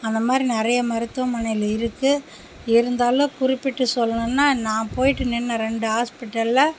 அந்தமாதிரி நிறைய மருத்துவமனையில் இருக்குது இருந்தாலும் குறிப்பிட்டு சொல்லணுனால் நான் போயிட்டு நின்றேன் ரெண்டு ஹாஸ்பிடலில்